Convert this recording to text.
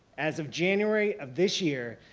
as of january of this year,